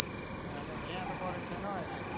ए यहाँ पनि यहाँ त पपरेको छैन हौ अहिले